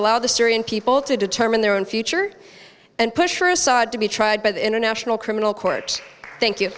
allow the syrian people to determine their own future and push for assad to be tried by the international criminal court thank you